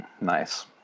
Nice